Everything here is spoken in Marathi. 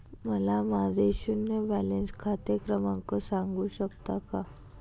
मला माझे शून्य बॅलन्स खाते क्रमांक सांगू शकता का?